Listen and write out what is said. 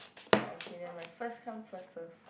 ya okay never mind first come first serve